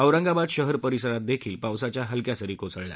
औरंगाबाद शहर परिसरातही पावसाच्या हलक्या सरी कोसळल्या